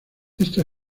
esta